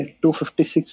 256